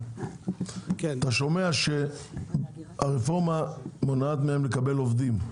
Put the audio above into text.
אתה שומע שהרפורמה מונעת מהם לקבל עובדים,